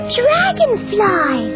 dragonfly